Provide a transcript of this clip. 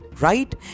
right